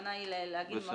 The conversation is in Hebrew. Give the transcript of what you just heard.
הכוונה היא להגיד מה